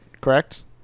correct